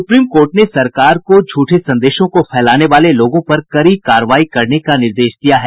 supreme court ने सरकार को झूठे संदेशों को फैलाने वाले लोगों पर कड़ी कार्रवाई करने का निर्देश दिया है